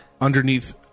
underneath